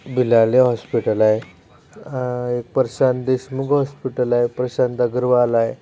बिलाले hospital आहे एक Prashant Deshmukh hospital आहे प्रशांत अगरवाल आहे